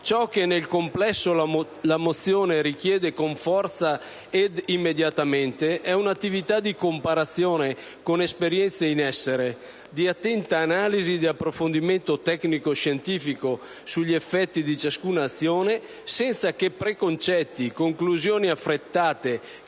Ciò che nel complesso la mozione richiede con forza e immediatezza è un'attività di comparazione con esperienze in essere, di attenta analisi e di approfondimento tecnico-scientifico sugli effetti di ciascuna azione, senza che preconcetti, conclusioni affrettate